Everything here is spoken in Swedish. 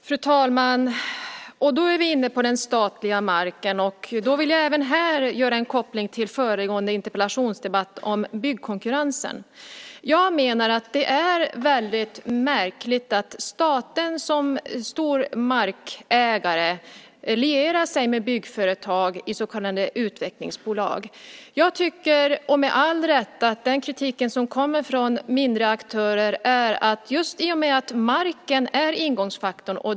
Fru talman! Då är vi inne på frågan om den statliga marken. Jag vill även här göra en koppling till föregående interpellationsdebatt om byggkonkurrensen. Det är märkligt att staten som stor markägare lierar sig med byggföretag i så kallade utvecklingsbolag. Det kommer med all rätt kritik från mindre aktörer, just i och med att marken är ingångsfaktorn.